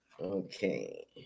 Okay